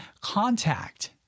contact